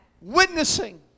Witnessing